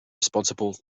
responsible